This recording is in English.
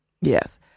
Yes